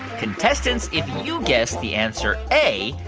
contestants, if you guessed the answer a,